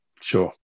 Sure